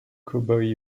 cowboy